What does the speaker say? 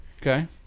Okay